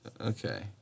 Okay